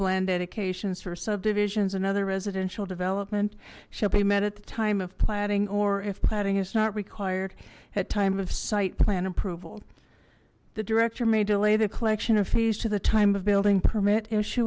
of dedications for subdivisions another residential development shall be met at the time of planning or if planning is not required at time of site plan approval the director may delay the collection of fees to the time of building permit